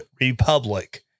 republic